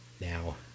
now